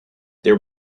there